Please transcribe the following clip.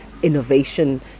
Innovation